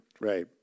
Right